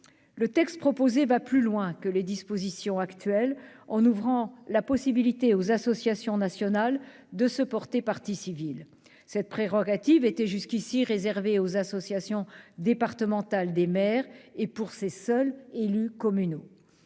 Le texte proposé va plus loin que les dispositions actuellement en vigueur, en ouvrant la possibilité aux associations nationales de se porter partie civile. Cette prérogative était jusqu'à présent réservée aux associations départementales des maires et s'agissant des seuls élus communaux.